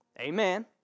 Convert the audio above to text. Amen